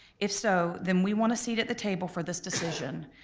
if so, then we want a seat at the table for this decision.